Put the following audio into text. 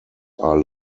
are